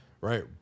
right